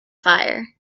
fire